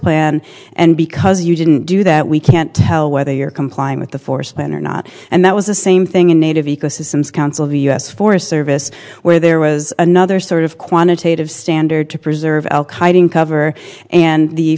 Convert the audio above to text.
plan and because you didn't do that we can't tell whether you're complying with the forced plan or not and that was the same thing in native ecosystem's council of u s forest service where there was another sort of quantitative standard to preserve cover and the